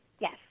Yes